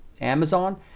Amazon